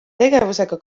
tegevusega